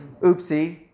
oopsie